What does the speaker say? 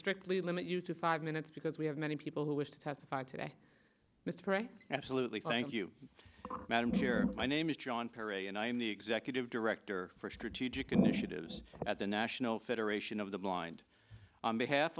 strictly limit you to five minutes because we have many people who wish to testify today mr right absolutely thank you madam here my name is john perry and i am the executive director for strategic initiatives at the national federation of the blind on behalf